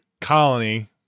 colony